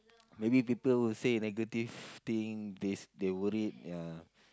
maybe people will say negative thing this they worried ya